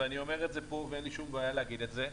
ואני אומר את זה פה ואין לי שום בעיה להגיד את זה: